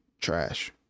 trash